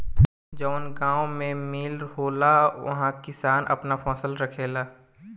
जवन गावं सभ मे मील होला उहा किसान आपन फसल राखेला